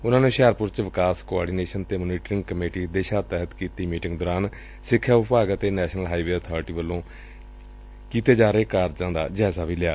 ਉਨੂਾ ਨੇ ਹੁਸ਼ਿਆਰਪੁਰ ਚ ਵਿਕਾਸ ਕੋਆਰਡੀਨੇਸ਼ਨ ਅਤੇ ਮੋਨੀਟਰਿੰਗ ਕਮੇਟੀ ਦਿਸ਼ਾ ਤਹਿਤ ਕੀਤੀ ਮੀਟਿੰਗ ਦੌਰਾਨ ਸਿੱਖਿਆ ਵਿਭਾਗ ਅਤੇ ਨੈਸ਼ਨਲ ਹਾਈਵੇਅ ਅਬਾਰਟੀ ਵਲੋ ਕੀਤੇ ਜਾ ਰਹੇ ਕਾਰਜਾ ਦਾ ਜਾਇਜ਼ਾ ਲਿਆ